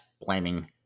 blaming